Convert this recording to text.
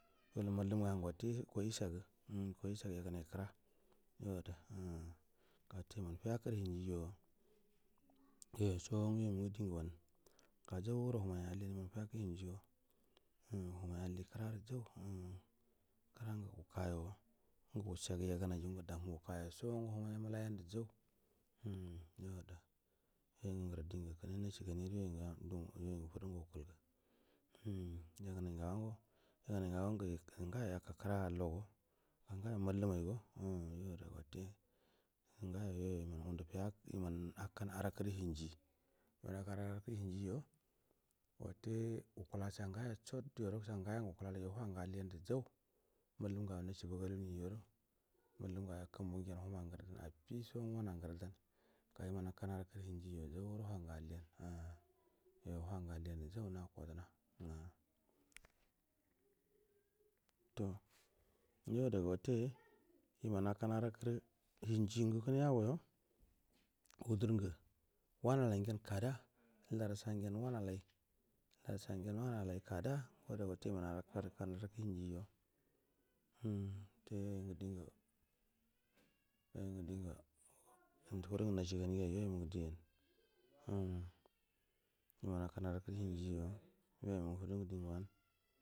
Welu mallum nga nga wutte iko i ishe ga umm ikoi ishe gu ye gu nai kra yo ada umm ga watte iman fiya kura hingijo yo yason guy oi dinga wan ga jauro waha mai alli an iman fiya kuru tungijo umm wahamai alli kra raj au umm kra ngu wukayo ngu wushe gu yagu nai ru ngu dau mutur waska yo songa waha mai mulai gen du jau umm yo ada yoi mu ngaru dingu kine nashi gani ara yoi ngu fudun gu wukulga umm ya ga nai ngau wago yegu ni ga go nga yoya ka kra allo go ga nga yo mallu mai go umm yo ada ga watte nga go yoyo iman ngundu fiyaku iman akkan arakuru hingo iman aikan ara kuru hingi jo watte wukula tsango ya sot yora tsangaya ngu wukkallujo wahangu alli amdu jau mallam nga nasu bag alu ni jora mallam ngau yo kumbu ngen hum agur an affiso wan anguran ga iman akan araku ru rungi jo jauro watan ngu alli an umm yo wahangu alli andu jau na koja na umm to yoda ga wutte iman akkan arakura hinji nga kine agoyo wudur ngel wana lai ngen kada lar sa ngen wanalai larsangen wana lai kada yada gawatte iman nau wakan akkan ara kuru hingi jo umm watte yo yo ngu dingu yoi nga dingu fudu ngunashi ga nig u yaing u dian umm iman akan ara karu hingi jo yoi nga fundungu dingu wan.